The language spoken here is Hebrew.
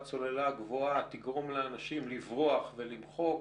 סוללה גבוהה תגרום לאנשים לברוח ולמחוק,